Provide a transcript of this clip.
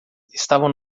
estavam